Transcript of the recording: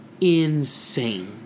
insane